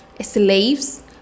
slaves